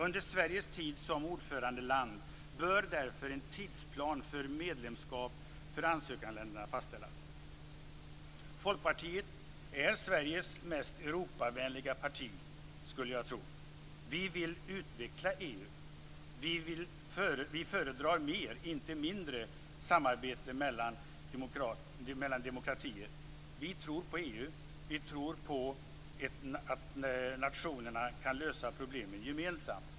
Under Sveriges tid som ordförandeland bör därför en tidsplan för medlemskap för ansökarländerna fastställas. Folkpartiet är Sveriges mest Europavänliga parti, skulle jag tro. Vi vill utveckla EU. Vi föredrar mer, inte mindre, samarbete mellan demokratier. Vi tror på EU. Vi tror på att nationerna kan lösa problemen gemensamt.